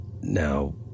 now